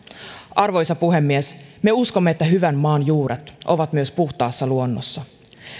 arvoisa puhemies me uskomme että hyvän maan juuret ovat myös puhtaassa luonnossa